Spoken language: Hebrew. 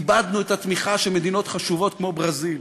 איבדנו את התמיכה של מדינות חשובות כמו ברזיל.